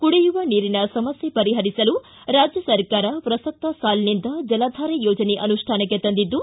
ಕುಡಿಯುವ ನೀರಿನ ಸಮಸ್ಯೆ ಪರಿಹರಿಸಲು ರಾಜ್ಯ ಸರಕಾರ ಪ್ರಸಕ್ತ ಸಾಲಿನಿಂದ ಜಲಧಾರೆ ಯೋಜನೆ ಅನುಷ್ಠಾನಕ್ಕೆ ತಂದಿದ್ದು